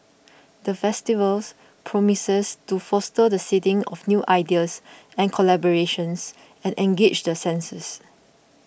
the festivals promises to foster the seeding of new ideas and collaborations and engage the senses